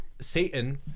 Satan